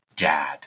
Dad